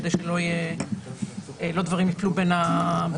כדי שהדברים לא ייפלו בין הכיסאות,